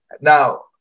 Now